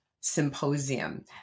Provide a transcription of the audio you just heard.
Symposium